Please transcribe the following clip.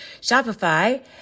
Shopify